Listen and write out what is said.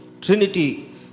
trinity